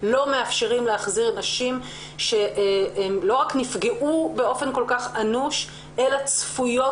לא מאפשרים להחזיר נשים שלא רק נפגעו באופן כל-כך אנוש אלא צפויות